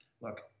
look